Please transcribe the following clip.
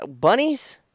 Bunnies